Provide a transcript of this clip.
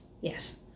yes